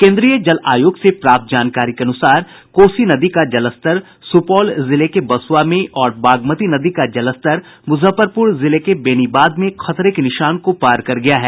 केन्द्रीय जल आयोग से प्राप्त जानकारी के अनुसार कोसी नदी का जलस्तर सुपौल जिले के बसुआ में और बागमती नदी का जलस्तर मुजफ्फरपुर जिले के बेनीबाद में खतरे के निशान को पार कर गया है